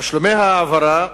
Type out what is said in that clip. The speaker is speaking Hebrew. תשלומי ההעברה,